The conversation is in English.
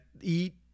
eat